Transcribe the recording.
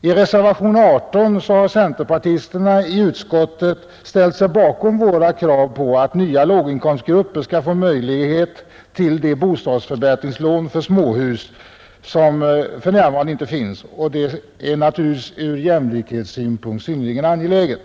I reservationen 18 har utskottets centerpartister ställt sig bakom vårt krav att nya låginkomstgrupper skall ha möjligheter att få del av bostadsförbättringslånen för småhus, vilket de nu inte har. Detta är något ur jämlikhetssynpunkt mycket angeläget.